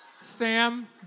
Sam